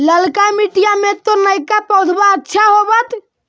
ललका मिटीया मे तो नयका पौधबा अच्छा होबत?